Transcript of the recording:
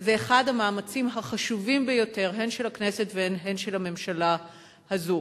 זה אחד המאמצים החשובים ביותר הן של הכנסת והן של הממשלה הזו.